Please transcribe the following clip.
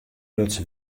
luts